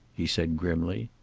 he said grimly.